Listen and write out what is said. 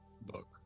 book